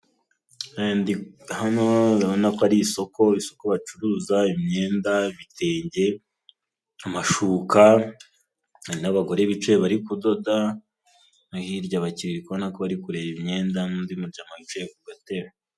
Hano urabona ko ari isoko, isoko bacuruza imyenda, ibitenge, amashuka, hari n'abagore bicaye bari kudoda, no hirya abakiliya uri kubona ko bari kureba imyenda n'undi mujama wicaye ku gatebe.